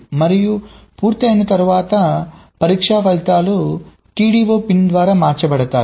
మరియు పూర్తయిన తర్వాత పరీక్ష ఫలితాలు TDO పిన్ ద్వారా మార్చబడతాయి